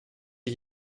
ich